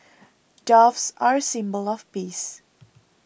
doves are a symbol of peace